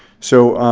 so,